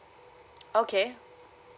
okay